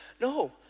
no